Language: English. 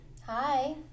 Hi